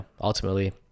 ultimately